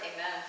Amen